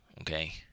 okay